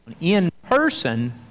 In-person